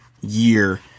year